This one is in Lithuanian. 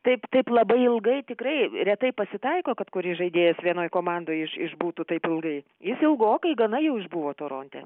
taip taip labai ilgai tikrai retai pasitaiko kad kuris žaidėjas vienoj komandoj iš išbūtų taip ilgai jis ilgokai gana jau išbuvo toronte